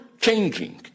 changing